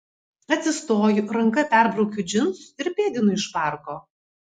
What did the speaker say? atsistoju ranka perbraukiu džinsus ir pėdinu iš parko